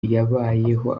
yabayeho